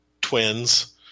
twins